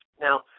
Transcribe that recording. Now